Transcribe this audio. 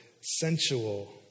sensual